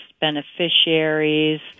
beneficiaries